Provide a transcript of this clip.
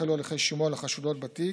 החלו הליכי השימוע לחשודות בתיק,